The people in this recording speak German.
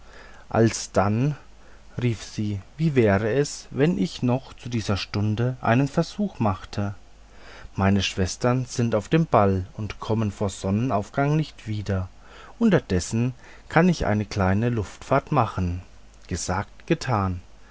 alsdann rief sie wie wäre es wenn ich noch zu dieser stunde einen versuch machte meine schwestern sind auf dem ball und kommen vor sonnenaufgang nicht wieder unterdessen kann ich eine kleine luftfahrt machen gesagt getan